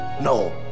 no